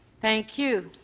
thank you.